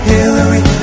Hillary